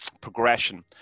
progression